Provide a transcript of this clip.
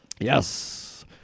Yes